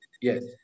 Yes